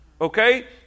Okay